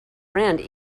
friend